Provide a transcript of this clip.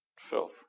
filth